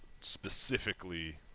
specifically